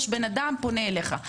בן-אדם פנה אליך,